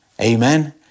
amen